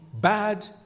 bad